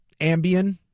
Ambien